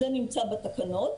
זה נמצא בתקנות,